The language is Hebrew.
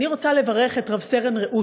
אני רוצה לברך את רב-סרן רעות.